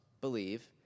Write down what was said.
believe